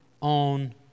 on